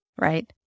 right